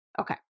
Okay